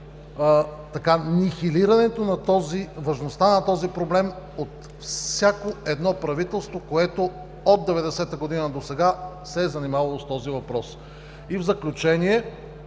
на важността на този проблем от всяко едно правителство, което от 1990 г. досега се е занимавало с този въпрос. И в заключение